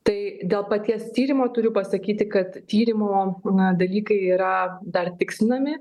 tai dėl paties tyrimo turiu pasakyti kad tyrimo dalykai yra dar tikslinami